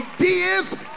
ideas